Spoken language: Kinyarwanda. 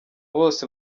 bose